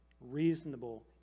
reasonable